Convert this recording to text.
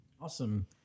Awesome